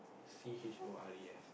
C H O R E S